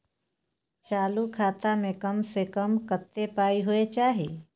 चालू खाता में कम से कम कत्ते पाई होय चाही?